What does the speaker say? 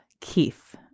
Keith